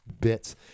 bits